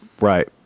Right